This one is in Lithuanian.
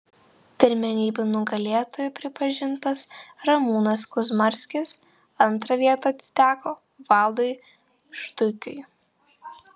pirmenybių nugalėtoju pripažintas ramūnas kuzmarskis antra vieta atiteko valdui štuikiui